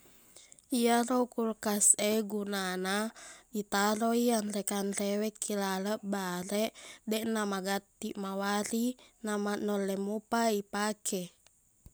Iyaro kulkas e gunana itaro i anre-kanrewe ki laleng bareq deqna magattiq mawari namaq nulle mopa ipake